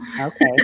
Okay